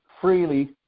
freely